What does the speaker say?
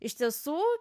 iš tiesų